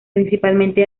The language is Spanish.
principalmente